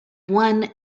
one